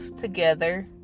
together